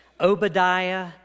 Obadiah